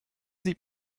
sieht